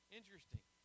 interesting